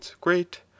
great